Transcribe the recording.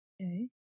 Okay